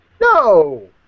No